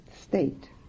state